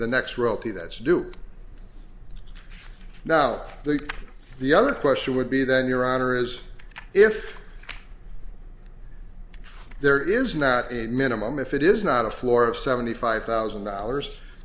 the next royalty that is due now out the the other question would be then your honor is if there is not a minimum if it is not a floor of seventy five thousand dollars